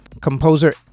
Composer